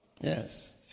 Yes